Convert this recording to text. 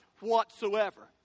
whatsoever